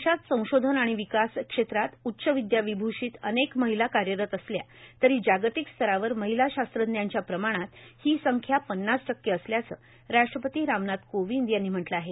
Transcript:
देशात संशोधन आणि विकास क्षेत्रात उच्चविदयाविभूषित अनेक महिला कार्यरत असल्या तरी जागतिक स्तरावर महिला शास्त्रज्ञांच्या प्रमाणात ही संख्या पन्नास टक्के असल्याचं राष्ट्रपती रामनाथ कोविंद यांनी म्हटलं आहे